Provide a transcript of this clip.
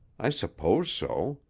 i suppose so.